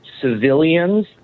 civilians